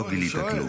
לא גילית כלום.